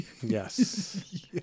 yes